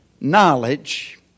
knowledge